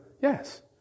yes